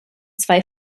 zwei